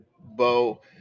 Bo